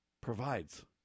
provides